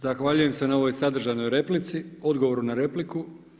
Zahvaljujem se na ovoj sadržajnoj replici, odgovoru na repliku.